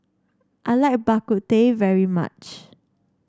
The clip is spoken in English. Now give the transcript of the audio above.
I like Bak Kut Teh very much